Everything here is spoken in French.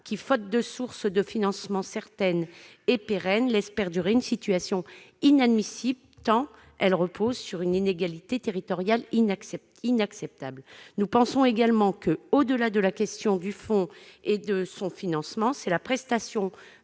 faute de sources de financement certaines et pérennes, laisse perdurer une situation inadmissible tant elle repose sur une inégalité territoriale inacceptable. Nous pensons également que, au-delà de la question du fonds et de son financement, c'est la prestation